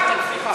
רצחתם, סליחה.